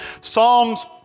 Psalms